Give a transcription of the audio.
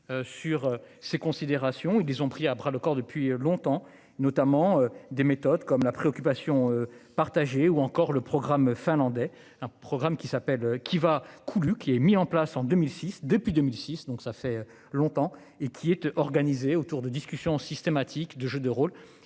Sur ces considérations, ils les ont pris à bras le corps, depuis longtemps, notamment des méthodes comme la préoccupation partagée ou encore le programme finlandais, un programme qui s'appelle qui va couler. Qui est mis en place en 2006. Depuis 2006 donc ça fait longtemps et qui était organisé autour de discussions systématique de jeux de rôle